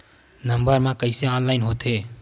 Number मा कइसे online होथे?